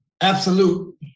absolute